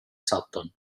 sutton